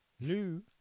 Lou